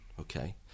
okay